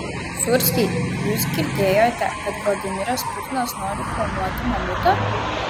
sūrski jūs girdėjote kad vladimiras putinas nori klonuoti mamutą